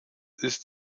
ist